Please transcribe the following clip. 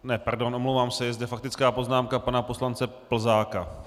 Ne, pardon, omlouvám se, je zde faktická poznámka pana poslance Plzáka.